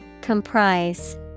Comprise